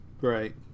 Right